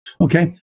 Okay